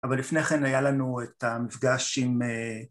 אבל לפני כן היה לנו את המפגש עם אהה...